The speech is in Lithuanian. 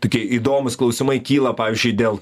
tokie įdomūs klausimai kyla pavyzdžiui dėl